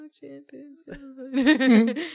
champions